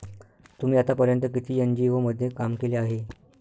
तुम्ही आतापर्यंत किती एन.जी.ओ मध्ये काम केले आहे?